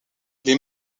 les